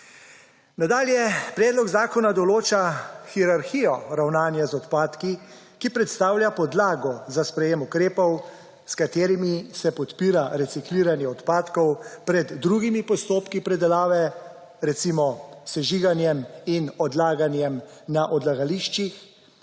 Nadalje predlog zakona določa hierarhijo ravnanja z odpadki, ki predstavlja podlago za sprejem ukrepov, s katerimi se podpira recikliranje odpadkov pred drugimi postopki predelave, recimo sežiganjem in odlaganjem na odlagališčih,